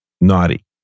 naughty